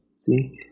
See